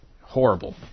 horrible